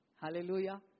Hallelujah